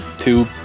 two